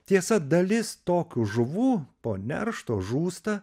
tiesa dalis tokių žuvų po neršto žūsta